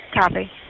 Copy